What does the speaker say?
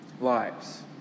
lives